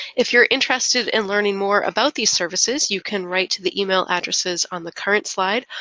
if you're interested in learning more about these services, you can write to the email addresses on the current slide.